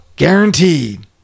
guaranteed